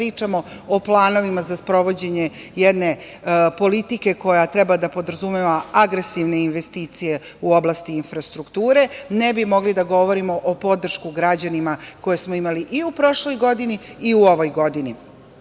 pričamo o planovima za sprovođenje jedne politike koja treba da podrazumeva agresivne investicije u oblasti infrastrukture, ne bi mogli da govorimo o podršci građanima koje smo imali i u prošloj godini i u ovoj godini. Ta